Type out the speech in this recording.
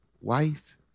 wife